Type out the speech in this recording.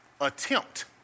attempt